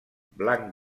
blanc